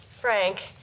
Frank